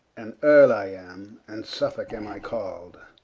an earle i am, and suffolke am i call'd.